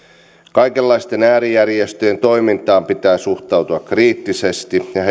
kaikenlaisten äärijärjestöjen toimintaan pitää suhtautua kriittisesti ja